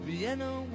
Vienna